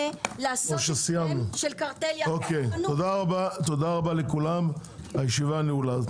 תודה רבה לכולם , הישיבה נעולה.